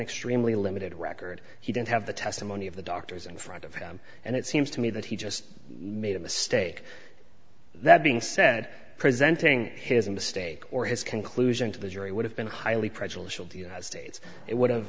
extremely limited record he didn't have the testimony of the doctors in front of him and it seems to me that he just made a mistake that being said presenting his mistake or his conclusion to the jury would have been highly prejudicial the united states it would have